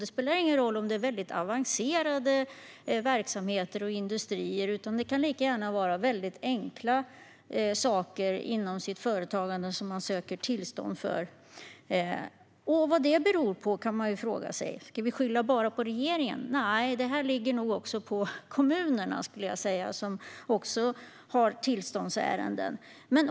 Det spelar ingen roll om det är avancerade verksamheter och industrier, utan det kan vara väldigt enkla saker inom sitt företagande som man söker tillstånd för. Vad detta beror på kan man fråga sig. Ska vi skylla bara på regeringen? Nej, detta ligger också på kommunerna, som också har tillståndsärenden.